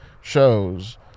shows